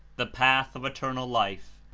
the path of eternal life.